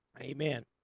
Amen